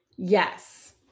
Yes